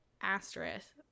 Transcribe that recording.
asterisk